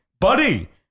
buddy